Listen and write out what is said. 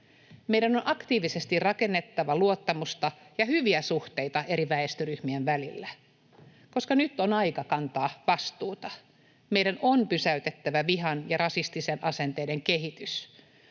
Meidän on aktiivisesti rakennettava luottamusta ja hyviä suhteita eri väestöryhmien välillä, koska nyt on aika kantaa vastuuta. Meidän on pysäytettävä vihan ja rasististen asenteiden kehitys.